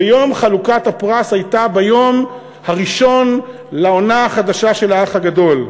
ויום חלוקת הפרס היה ביום הראשון לעונה החדשה של "האח הגדול".